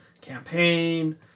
campaign